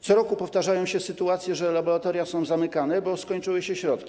Co roku powtarzają się sytuacje, że laboratoria są zamykane, bo skończyły się środki.